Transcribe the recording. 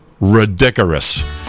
ridiculous